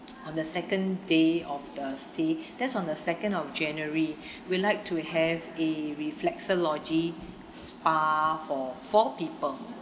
on the second day of the stay that's on the second of january we'd like to have a reflexology spa for four people